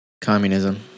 communism